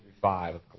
five